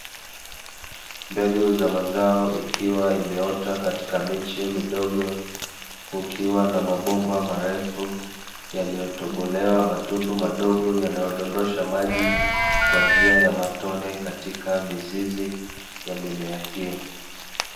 Mbegu za mazao ikiwa imeota katika miche midogo, kukiwa na mabomba marefu yaliyotobolewa matundu madogo, yanayodondosha maji kwa njia ya matone katika mizizi ya mimea hiyo.